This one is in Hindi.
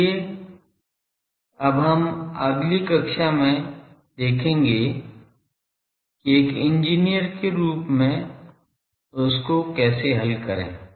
इसलिए अब हम अगली कक्षा में देखेंगे कि एक इंजीनियर के रूप में उसको कैसे हल करें